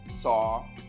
saw